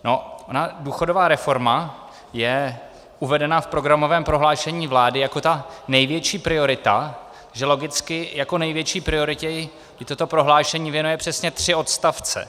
Ona důchodová reforma je uvedena v programovém prohlášení vlády jako ta největší priorita, že logicky jako největší prioritě jí toto prohlášení věnuje přesně tři odstavce.